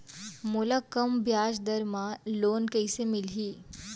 मोला कम ब्याजदर में लोन कइसे मिलही?